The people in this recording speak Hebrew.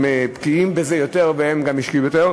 הם בקיאים בזה יותר והם גם השקיעו יותר.